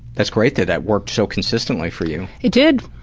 that's great that that worked so consistently for you. it did.